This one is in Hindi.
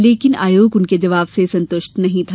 लेकिन आयोग उनके जवाब से संतुष्ट नहीं था